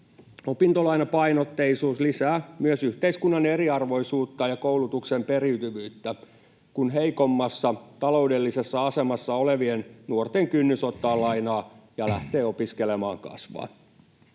Opintolainapainotteisuus lisää myös yhteiskunnan eriarvoisuutta ja koulutuksen periytyvyyttä, kun heikommassa taloudellisessa asemassa olevien nuorten kynnys ottaa lainaa ja lähteä opiskelemaan kasvaa.